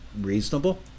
reasonable